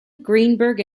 greenberg